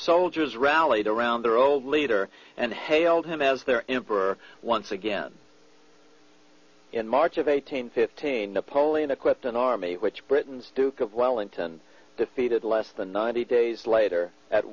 soldiers rallied around their old leader and hailed him as they're in for once again in march of eighteen fifteen napoleon equipped an army which britain's duke of wellington defeated less than ninety days later at